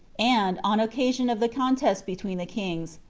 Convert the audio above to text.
and, on occasion of the contest between the kings,